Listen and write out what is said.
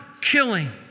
killing